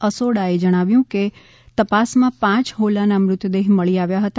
અસોડાએ જણાવ્યું કે તપાસમાં પાંચ હોલાના મૃતદેહ મળી આવ્યા હતા